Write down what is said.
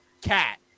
Cat